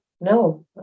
no